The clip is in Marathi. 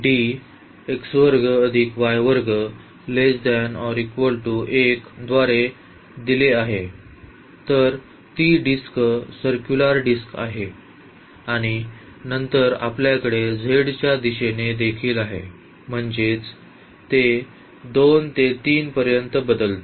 तर ती डिस्क सर्क्युलर डिस्क आहे आणि नंतर आपल्याकडे z च्या दिशेने देखील आहे म्हणजेच ते 2 ते 3 पर्यंत बदलते